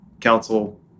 council